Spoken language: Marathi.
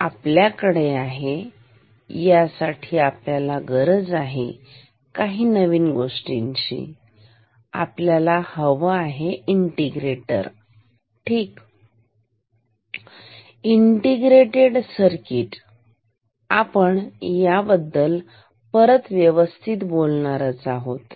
तर आपल्याकडे आहे यासाठी आपल्याला गरज आहे काही नवीन गोष्टींची इथे आपल्याला हवा आहे इंटिग्रेटर ठीक इंटिग्रेटेड सर्किट आपण या बद्दल परत व्यवस्थित बोलणारच आहोत